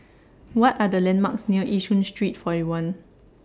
What Are The landmarks near Yishun Street forty one